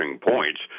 points